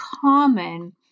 common